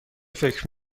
فکر